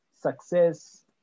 success